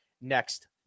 next